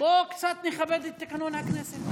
בואו קצת נכבד את תקנון הכנסת,